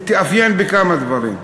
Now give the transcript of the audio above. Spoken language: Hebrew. התאפיין בכמה דברים.